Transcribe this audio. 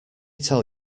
tell